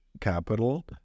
capital